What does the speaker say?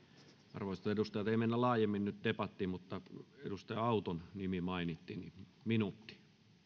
arvoisat edustajat ei mennä laajemmin nyt debattiin mutta edustaja auton nimi mainittiin minuutti